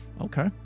Okay